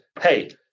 hey